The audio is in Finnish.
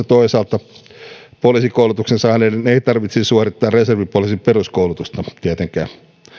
toisaalta poliisikoulutuksen saaneiden ei tarvitsisi suorittaa reservipoliisin peruskoulusta tietenkään